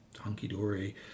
hunky-dory